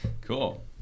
Cool